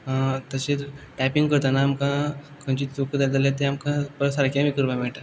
तशेंच टायपींग करताना आमकां खंयची चूक जाली जाल्यार तें आमकां परत सारकें बी करपाक मेळटा